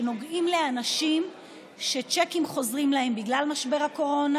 שנוגעות לאנשים שצ'קים חוזרים להם בגלל משבר הקורונה